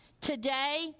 Today